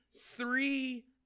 three